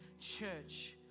Church